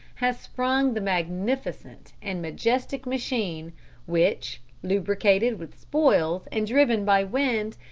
has sprung the magnificent and majestic machine which, lubricated with spoils and driven by wind,